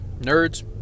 nerds